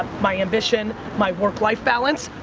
my ambition, my work-life balance,